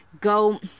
go